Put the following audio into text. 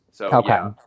okay